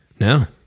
no